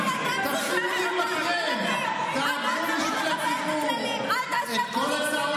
תראו מה זה חבורה שלא יודעת לכבד את כללי